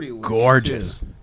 gorgeous